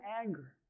anger